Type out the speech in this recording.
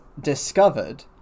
discovered